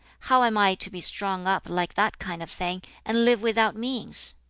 how am i to be strung up like that kind of thing and live without means?